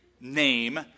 name